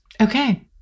Okay